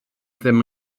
ddim